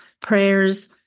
prayers